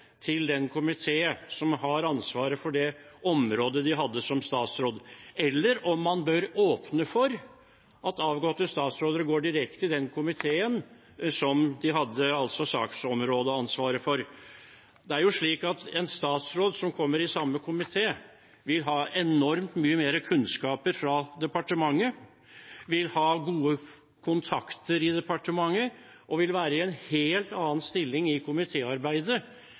til den komité som har ansvaret for det området de hadde som statsråd, eller om man bør åpne for at avgåtte statsråder går direkte til den komiteen som de hadde saksområdeansvar for. Det er jo slik at en statsråd som kommer i samme komité, vil ha enormt mye mer kunnskaper fra departementet, vil ha gode kontakter i departementet og vil være i en helt annen stilling i